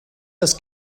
das